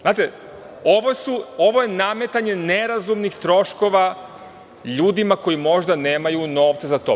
Znate, ovo je nametanje nerazumnih troškova ljudima koji možda nemaju novca za to.